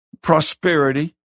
prosperity